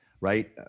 right